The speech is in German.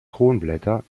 kronblätter